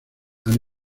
han